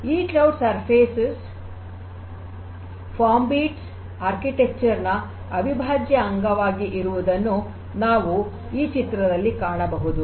ಈ cloud surface ಗಳು form ಬೀಟ್ಸ್ ವಾಸ್ತುಶಿಲ್ಪದ ಅವಿಭಾಜ್ಯ ಅಂಗವಾಗಿ ಇರುವುದನ್ನು ನಾವು ಈ ಚಿತ್ರದಲ್ಲಿ ಕಾಣಬಹುದು